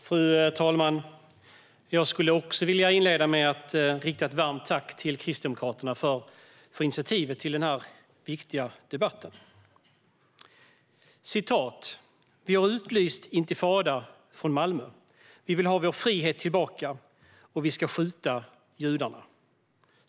Fru talman! Också jag skulle vilja inleda med att rikta ett varmt tack till Kristdemokraterna för initiativet till denna viktiga debatt. "Vi har utlyst intifada från Malmö. Vi vill ha vår frihet tillbaka, och vi ska skjuta judarna".